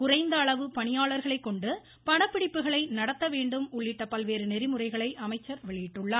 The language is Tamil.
குறைந்த அளவு பணியாளர்களைக் கொண்டு படப்பிடிப்புகளை நடத்த வேண்டும் உள்ளிட்ட பல்வேறு நெறிமுறைகளை அமைச்சர் வெளியிட்டுள்ளார்